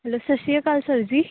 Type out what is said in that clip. hello ਸਤਿ ਸ਼੍ਰੀ ਅਕਾਲ ਸਰ ਜੀ